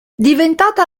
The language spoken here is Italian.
diventata